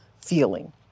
feeling